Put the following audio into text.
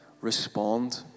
respond